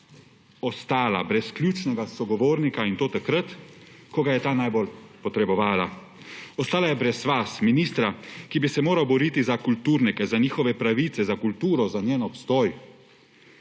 ostala brez ključnega sogovornika, in to takrat, ko ga je ta najbolj potrebovala. Ostala je brez vas, ministra, ki bi se moral boriti za kulturnike, za njihove pravice, za kulturo, za njen obstoj.